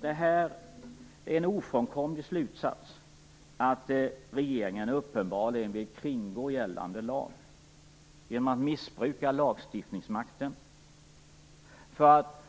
Det är en ofrånkomlig slutsats att regeringen uppenbarligen vill kringgå gällande lag genom att missbruka lagstiftningsmakten för att